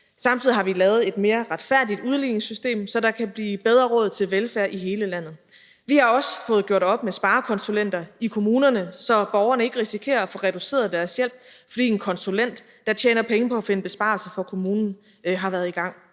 Samtidig har vi lavet et mere retfærdigt udligningssystem, så der kan blive bedre råd til velfærd i hele landet. Vi har også fået gjort op med sparekonsulenter i kommunerne, så borgerne ikke risikerer at få reduceret deres hjælp, fordi en konsulent, der tjener penge på at finde besparelser for kommunen, har været i gang.